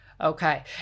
Okay